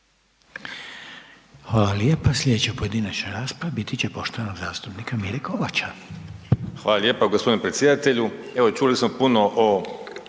Hvala lijepa. Sljedeća pojedinačna rasprava biti će poštovanog zastupnika Mire Kovača. **Kovač, Miro (HDZ)** Hvala lijepa gospodine predsjedatelju. Evo čuli smo puno o